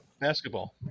Basketball